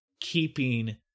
keeping